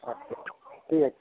আচ্ছা ঠিক আছে